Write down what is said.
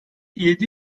yedi